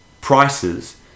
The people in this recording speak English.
prices